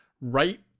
right